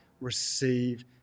receive